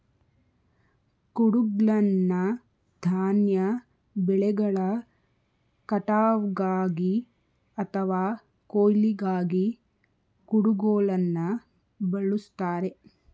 ಕುಡುಗ್ಲನ್ನ ಧಾನ್ಯ ಬೆಳೆಗಳ ಕಟಾವ್ಗಾಗಿ ಅಥವಾ ಕೊಯ್ಲಿಗಾಗಿ ಕುಡುಗೋಲನ್ನ ಬಳುಸ್ತಾರೆ